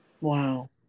Wow